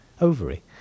ovary